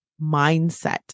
mindset